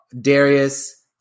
Darius